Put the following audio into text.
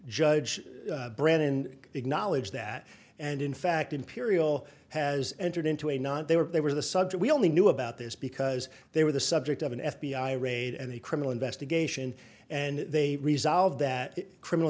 judge brennan acknowledged that and in fact imperial has entered into a not they were they were the subject we only knew about this because they were the subject of an f b i raid and a criminal investigation and they resolved that criminal